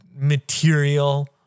material